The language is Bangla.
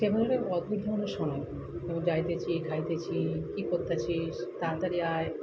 সেগুলো কেমন অদ্ভূত ধরনের শোনায় যেমন যাইতেছি খাইতেছি কি কত্তাছিস তাতাড়ি আয়